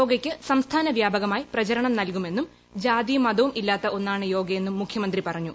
യോഗക്ക് സംസ്ഥാന വ്യാപകമായി പ്രചാരണം നൽകുമെന്നും ജാതിയും മതവും ഇല്ലാത്ത ഒന്നാണ് യോഗയെന്നും മുഖ്യമന്ത്രി പറഞ്ഞു